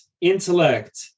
intellect